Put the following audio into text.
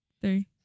three